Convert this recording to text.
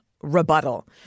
rebuttal